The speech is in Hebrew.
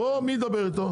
פנה מי ידבר איתו?